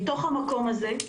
מתוך המקום הזה,